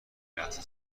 لحظه